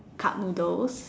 cup noodles